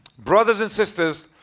brothers and sisters,